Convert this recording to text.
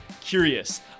curious